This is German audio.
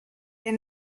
der